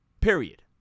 Period